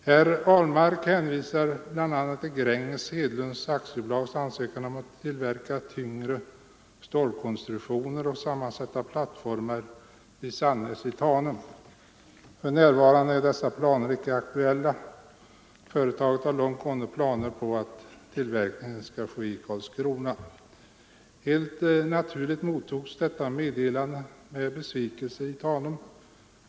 Herr Ahlmark hänvisar bl.a. till Gränges Hedlunds AB:s ansökan om att få tillverka tyngre stålkonstruktioner och sammansätta plattformar vid Sannäs i Tanum. För närvarande är dessa planer inte aktuella. Företaget har långt gående planer på att tillverkningen skall ske i Karlskrona. Helt naturligt mottogs detta meddelande med besvikelse i Tanum.